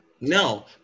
No